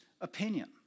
opinion